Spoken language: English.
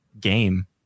game